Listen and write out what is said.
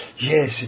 yes